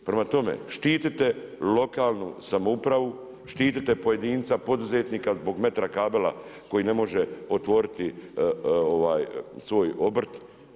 Prema tome, štitite lokalnu samoupravu, štitite pojedinca, poduzetnika zbog metra kabela koji ne može otvoriti svoj obrt.